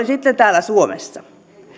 sitten täällä suomessa